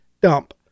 dump